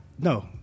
no